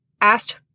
asked